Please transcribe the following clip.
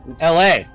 LA